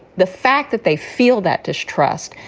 the fact that they feel that distrust,